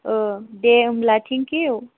ओ दे होमब्ला थेंक्यु